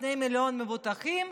שני מיליון מבוטחים,